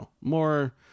more